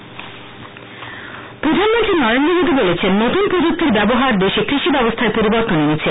প্রধানমন্ত্রী প্রধানমন্ত্রী নরেন্দ্র মোদী বলেছেন নতুন প্রযুক্তির ব্যবহার দেশের কৃষি ব্যবস্থায় পরিবর্তন এনেছে